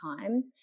time